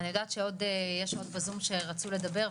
אני יודעת שיש עוד בזום שרצו לדבר,